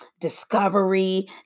discovery